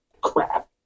Crap